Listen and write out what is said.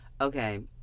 Okay